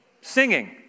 Singing